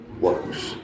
works